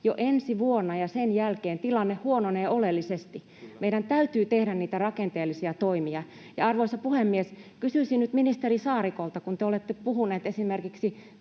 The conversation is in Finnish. jo ensi vuonna ja sen jälkeen tilanne huononee oleellisesti. Meidän täytyy tehdä niitä rakenteellisia toimia. Arvoisa puhemies! Kysyisin nyt ministeri Saarikolta: kun te olette puhunut esimerkiksi